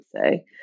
say